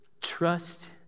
trust